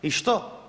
I što?